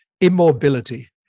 immobility